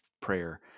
prayer